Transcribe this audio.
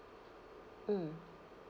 mm